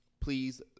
please